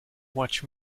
watch